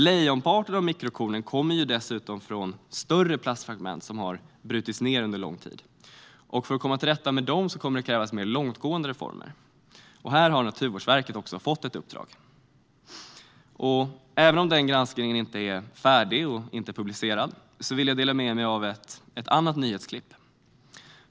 Lejonparten av mikrokornen kommer dessutom från större plastfragment som har brutits ned under lång tid. För att komma till rätta med dem kommer det att krävas mer långtgående reformer. Här har Naturvårdsverket fått ett uppdrag. Även om deras granskning inte är färdig och publicerad vill jag dela med mig av ett annat nyhetsklipp.